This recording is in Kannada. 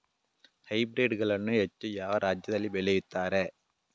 ಹೈಬ್ರಿಡ್ ಗಳನ್ನು ಹೆಚ್ಚು ಯಾವ ರಾಜ್ಯದಲ್ಲಿ ಬೆಳೆಯುತ್ತಾರೆ?